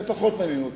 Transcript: זה פחות מעניין אותי.